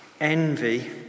envy